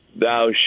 thou